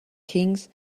kings